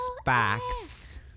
Sparks